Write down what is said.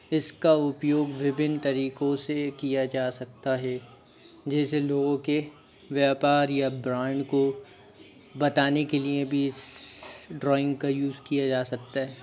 इसका उपयोग विभिन्न तरीकों से किया जा सकता है जैसे लोगों के व्यापार या ब्रांड को बताने के लिए भी इस ड्रॉइंग का यूज़ किया जा सकता है